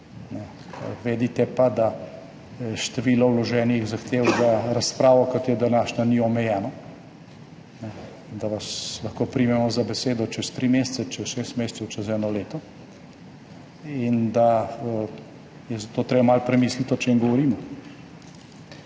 Vedite pa, da je število vloženih zahtev za razpravo, kot je današnja, ni omejeno, da vas lahko primemo za besedo čez tri mesece, čez šest mesecev, čez eno leto in da je zato treba malo premisliti o čem govorimo.